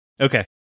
okay